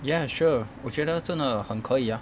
ya sure 我觉得真的很可以啊